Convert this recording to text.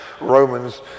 Romans